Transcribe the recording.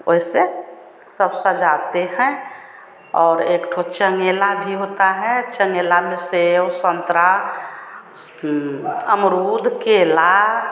वैसे सब सजाते हैं और एकठो चन्गेरा भी होता है चन्गेरा में सेब सन्तरा अमरूद केला